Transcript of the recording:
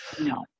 no